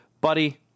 Buddy